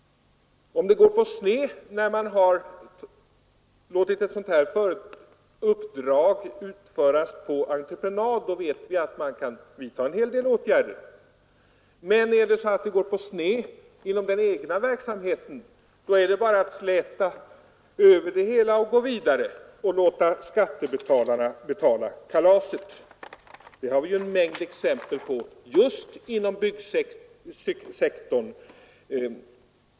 Om det går på sned när man har låtit ett sådant här uppdrag utföras på entreprenad kan man vidta en hel del åtgärder, men går det på sned inom den egna verksamheten är det bara att släta över och gå vidare och låta skattebetalarna betala kalaset. Det har vi en mängd exempel på just inom byggsektorn.